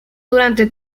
durante